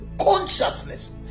consciousness